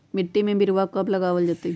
मिट्टी में बिरवा कब लगवल जयतई?